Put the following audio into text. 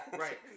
Right